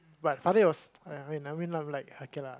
but Farid was I mean I mean I'm like okay lah